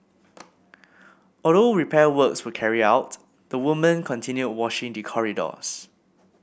although repair works were carried out the woman continued washing the corridors